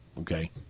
Okay